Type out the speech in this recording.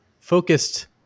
focused